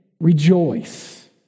rejoice